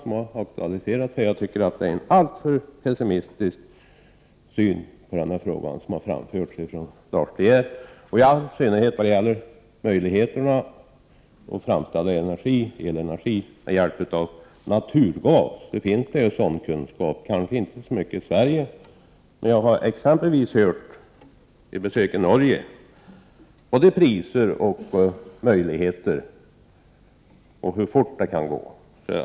Jag tycker dock att Lars De Geer framför en alltför pessimistisk syn på den här frågan, i synnerhet i vad gäller möjligheterna att framställa elenergi med hjälp av naturgas. Det finns kunskap på det området, även om det kanske inte finns så mycket i Sverige. Vid besök i Norge har jag fått information om såväl priser som möjligheter, och jag har också fått veta hur fort det kan gå.